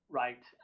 right